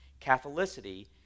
Catholicity